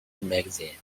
magazine